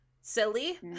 silly